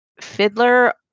Fiddler